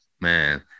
Man